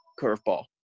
curveball